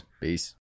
Peace